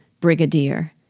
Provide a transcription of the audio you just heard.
Brigadier